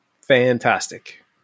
fantastic